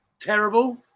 terrible